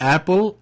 Apple